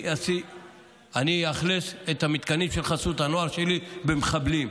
אני אאכלס במתקנים של חסות הנוער שלי מחבלים.